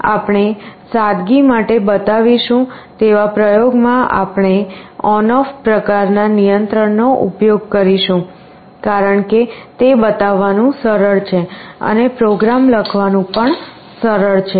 આપણે સાદગી માટે બતાવીશું તેવા પ્રયોગોમાં આપણે ON OFF પ્રકારનાં નિયંત્રણનો ઉપયોગ કરીશું કારણ કે તે બતાવવાનું સરળ છે અને પ્રોગ્રામ લખવાનું પણ સરળ છે